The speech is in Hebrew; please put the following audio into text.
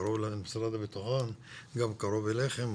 קרוב למשרד הבטחון וגם קרוב אליכם,